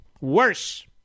worse